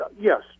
yes